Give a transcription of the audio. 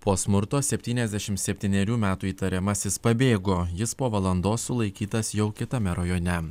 po smurto septyniasdešim septynerių metų įtariamasis pabėgo jis po valandos sulaikytas jau kitame rajone